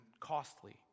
costly